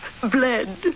bled